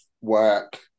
work